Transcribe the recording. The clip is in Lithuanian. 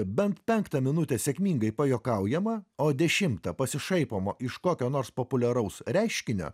bent penktą minutę sėkmingai pajuokaujama o dešimtą pasišaipoma iš kokio nors populiaraus reiškinio